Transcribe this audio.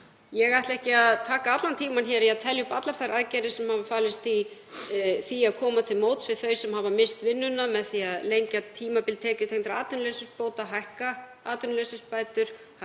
Ég ætla ekki að taka allan tímann í að telja upp allar þær aðgerðir sem hafa falist í því að koma til móts við þau sem hafa misst vinnuna með því að lengja tímabil tekjutengdra atvinnuleysisbóta, hækka atvinnuleysisbætur, hækka barnabætur